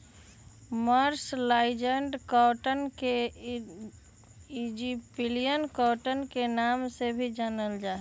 mercerised cotton के Egyptian cotton के नाम से भी जानल जा हई